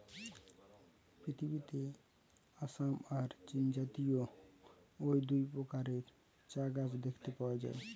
পৃথিবীতে আসাম আর চীনজাতীয় অউ দুই প্রকারের চা গাছ দেখতে পাওয়া যায়